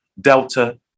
Delta